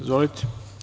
Izvolite.